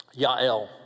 Yael